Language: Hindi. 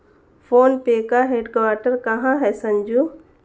फोन पे का हेडक्वार्टर कहां है संजू?